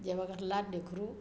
Jawaharlal Nehru